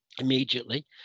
immediately